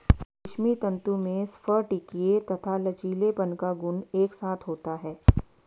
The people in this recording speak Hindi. रेशमी तंतु में स्फटिकीय तथा लचीलेपन का गुण एक साथ होता है